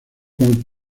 con